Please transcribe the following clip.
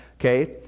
okay